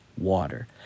water